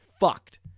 Fucked